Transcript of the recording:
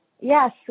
yes